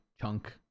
chunk